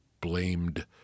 blamed